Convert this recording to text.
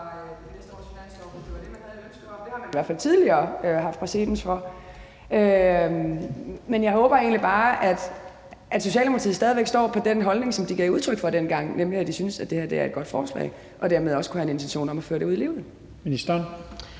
det ville man jo kunne [lydudfald] ... Det har man i hvert fald tidligere haft præcedens for. Men jeg håber egentlig bare, at Socialdemokratiet stadig væk står på den holdning, som de gav udtryk for dengang, nemlig at de synes, at det her er et godt forslag, og dermed også kunne have en intention om at føre det ud i livet. Kl.